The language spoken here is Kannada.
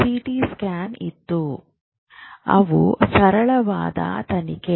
ಸಿಟಿ ಸ್ಕ್ಯಾನ್ ಮತ್ತು ಎಂಆರ್ಐ ಸರಳವಾದವುಗಳಾಗಿವೆ